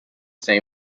same